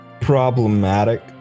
problematic